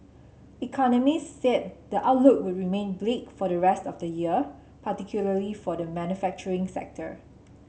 economists said the outlook would remain bleak for the rest of this year particularly for the manufacturing sector